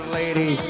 lady